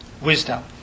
wisdom